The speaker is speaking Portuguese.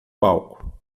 palco